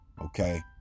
okay